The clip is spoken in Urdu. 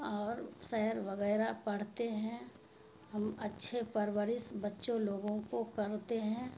اور شعر وغیرہ پڑھتے ہیں ہم اچھے پرورش بچوں لوگوں کو کرتے ہیں